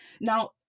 Now